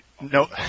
No